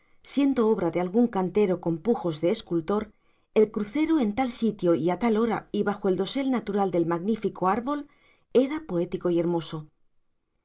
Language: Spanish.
siendo obra de algún cantero con pujos de escultor el crucero en tal sitio y a tal hora y bajo el dosel natural del magnífico árbol era poético y hermoso